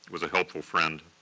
was a helpful friend.